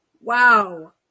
Wow